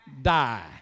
die